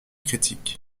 critique